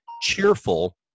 cheerful